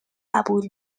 قبول